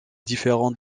différents